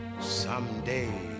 someday